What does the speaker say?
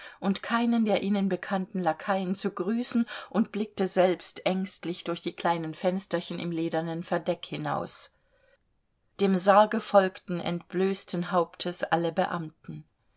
und keinen der ihnen bekannten lakaien zu grüßen und blickte selbst ängstlich durch die kleinen fensterchen im ledernen verdeck hinaus dem sarge folgten entblößten hauptes alle beamten